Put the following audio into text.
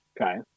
Okay